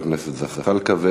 חבר הכנסת זחאלקה,